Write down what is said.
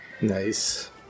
Nice